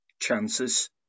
chances